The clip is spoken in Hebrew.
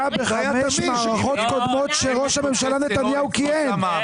היה בחמש מערכות קודמות כשראש הממשלה נתניהו כיהן,